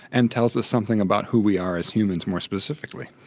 and tells us something about who we are as humans more specifically.